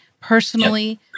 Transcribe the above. personally